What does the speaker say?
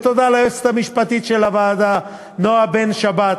ותודה ליועצת המשפטית של הוועדה נועה בן-שבת,